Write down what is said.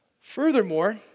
Furthermore